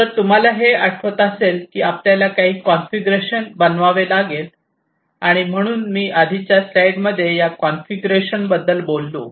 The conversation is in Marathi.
जर तुम्हाला हे आठवत असेल की आपल्याला काही कॉन्फिगरेशन बनवावे लागेल आणि म्हणून मी आधीच्या स्लाइडमध्ये या कॉन्फिगरेशनबद्दल बोललो